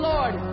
Lord